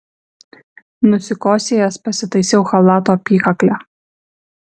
nusikosėjęs pasitaisiau chalato apykaklę